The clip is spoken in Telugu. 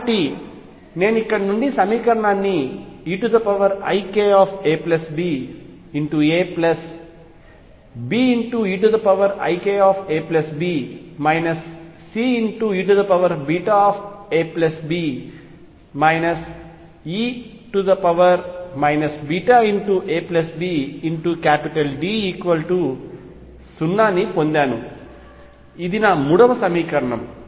కాబట్టి నేను ఇక్కడి నుండి సమీకరణాన్ని eikabAeikabB eabC e abD0పొందాను అది 3వ సమీకరణం